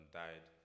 died